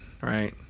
right